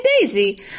daisy